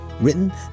Written